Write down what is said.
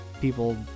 people